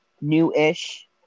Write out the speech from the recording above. new-ish